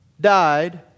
died